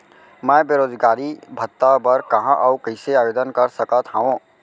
मैं बेरोजगारी भत्ता बर कहाँ अऊ कइसे आवेदन कर सकत हओं?